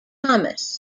thomas